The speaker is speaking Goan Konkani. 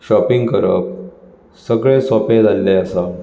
शाॅपिंग करप सगलें सोपें जाल्लें आसा